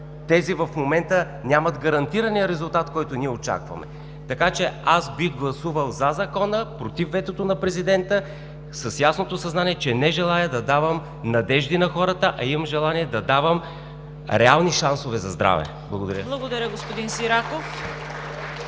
тези в момента нямат гарантирания резултат, който ние очакваме. Така че аз бих гласувал „за“ закона, против ветото на Президента, с ясното съзнание, че не желая да давам надежди на хората, а имам желание да давам реални шансове за здраве. Благодаря. (Ръкопляскания от